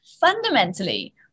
Fundamentally